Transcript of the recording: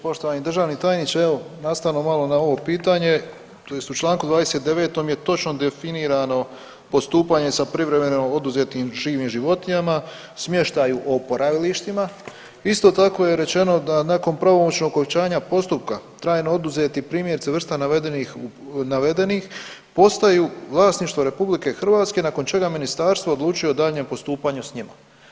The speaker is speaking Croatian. Poštovani državni tajniče, evo, nastavno malo na ovo pitanje, tj. u čl. 29 je točno definirano postupanje sa privremeno oduzetim živim životinjama, smještaju u oporavilištima, isto tako je rečeno da nakon pravomoćno okončanja postupka, trajno oduzeti primjerci vrsta navedenih postaju vlasništvo RH nakon čega Ministarstvo odlučuje o daljnjem postupanju s njima.